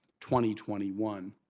2021